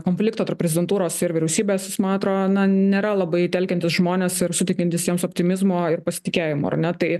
konflikto tarp prezidentūros ir vyriausybės jis man atrodo na nėra labai telkiantis žmones ir suteikiantis jiems optimizmo ir pasitikėjimo ar ne tai